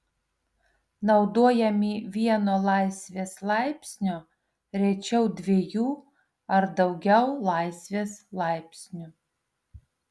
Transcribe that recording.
naudojami vieno laisvės laipsnio rečiau dviejų ar daugiau laisvės laipsnių